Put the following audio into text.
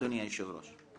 אדוני היושב-ראש,